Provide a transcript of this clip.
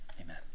amen